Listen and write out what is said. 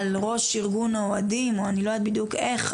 על ראש ארגון האוהדים, או אני לא יודעת בדיוק איך.